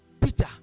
Peter